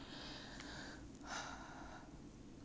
when I start working then I will need to pay